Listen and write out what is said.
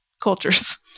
cultures